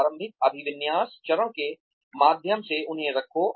प्रारंभिक अभिविन्यास चरण के माध्यम से उन्हें रखो